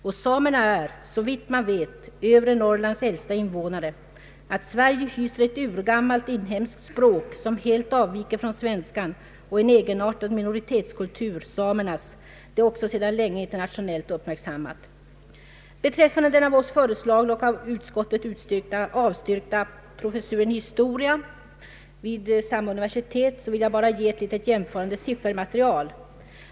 Och samerna är, såvitt man vet, övre Norrlands äldsta invånare. Att Sverige hyser ett urgammalt inhemskt språk som helt avviker från svenskan och en egenartad minoritetskultur — samernas är också sedan länge internationellt uppmärksammat. Beträffande den av oss föreslagna och av utskottet avstyrka professuren i historia vid Umeå universitet vill jag bara ge ett litet jämförande siffermaterial.